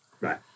Right